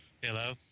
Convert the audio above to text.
hello